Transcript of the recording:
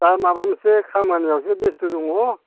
दा माबा मोनसे खामानियावसो बेस्थ' दङ